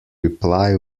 reply